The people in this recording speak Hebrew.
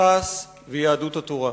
ש"ס ויהדות התורה.